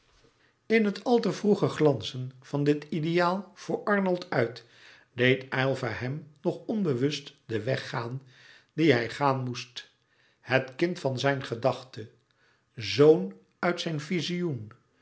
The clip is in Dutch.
in het al te vroege glanzen van dit ideaal voor arnold uit deed aylva hem nog onbewust den weg gaan dien hij gaan moest het kind van zijn gedachte zoon uit zijn vizioen